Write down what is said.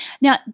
Now